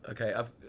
Okay